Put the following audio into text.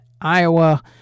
Iowa